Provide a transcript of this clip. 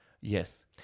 Yes